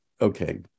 okay